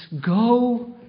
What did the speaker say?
Go